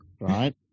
right